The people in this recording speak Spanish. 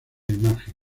imagen